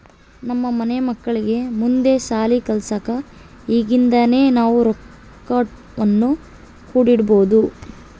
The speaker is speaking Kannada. ನಮ್ಮ ಮನೆ ಮಕ್ಕಳಿಗೆ ಮುಂದೆ ಶಾಲಿ ಕಲ್ಸಕ ಈಗಿಂದನೇ ನಾವು ರೊಕ್ವನ್ನು ಕೂಡಿಡಬೋದು